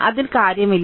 അതിൽ കാര്യമില്ല